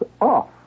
off